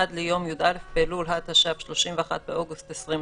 עד ליום י״א באלול התש״ף (31 באוגוסט 2020),